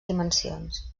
dimensions